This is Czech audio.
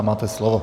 Máte slovo.